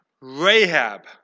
Rahab